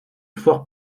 fort